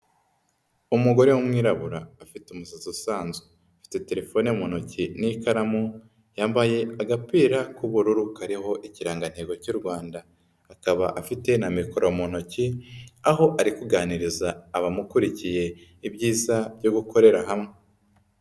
Umugore w'umwirabura afite umusatsi usanzwe, afite telefone mu ntoki n'ikaramu, yambaye agapira k'ubururu kariho ikirangantego cy'u Rwanda, akaba afite na mikoro mu ntoki, aho ari kuganiriza abamukurikiye ibyiza byo gukorera hamwe.